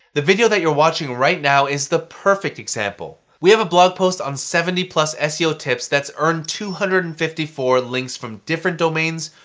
the video that you're watching right now is the perfect example. we have a blog post on seventy ah seo tips that's earned two hundred and fifty four links from different domains,